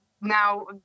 now